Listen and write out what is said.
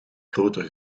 groter